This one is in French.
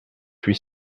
huit